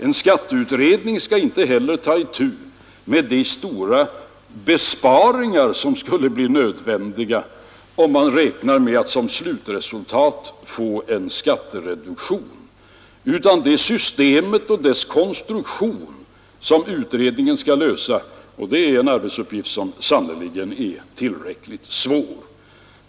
En skatteutredning skall inte heller ta itu med de stora besparingar som skulle bli nödvändiga om man som slutresultat räknar med att få en skattereduktion. Det är frågan om konstruktionen av skattesystemet som utredningen skall lösa — det är en arbetsuppgift som sannerligen är tillräckligt svår.